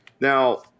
Now